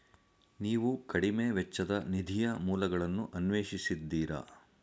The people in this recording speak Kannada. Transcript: ನೀವು ಕಡಿಮೆ ವೆಚ್ಚದ ನಿಧಿಯ ಮೂಲಗಳನ್ನು ಅನ್ವೇಷಿಸಿದ್ದೀರಾ?